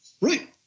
Right